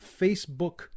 Facebook